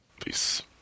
Peace